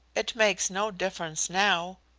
it makes no difference now.